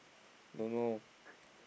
don't know